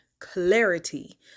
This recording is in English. clarity